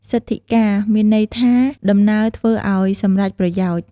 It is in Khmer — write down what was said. សិទិ្ធកា មានន័យថា ដំណើរធ្វើឲ្យសម្រេចប្រយោជន៍។